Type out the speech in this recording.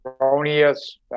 erroneous